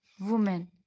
woman